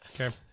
Okay